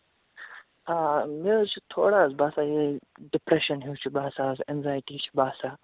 آ مےٚ حظ چھِ تھوڑا حظ باسان یِہےَ ڈِپرٛیشَن ہیٛوٗ چھُ باسان حظ اینزایٹی چھِ باسان